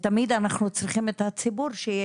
תמיד אנחנו צריכים את הציבור.